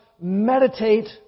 meditate